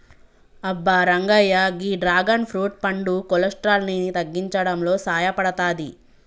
అబ్బ రంగయ్య గీ dragon fruit పండు కొలెస్ట్రాల్ ని తగ్గించడంలో సాయపడతాది